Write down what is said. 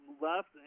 left